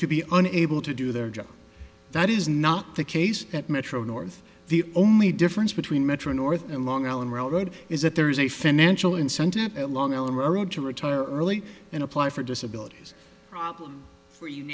to be unable to do their job that is not the case at metro north the only difference between metro north and long island railroad is that there is a financial incentive at long island railroad to retire early and apply for disability problem for you